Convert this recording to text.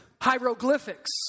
hieroglyphics